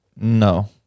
no